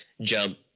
jump